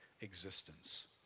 existence